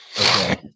Okay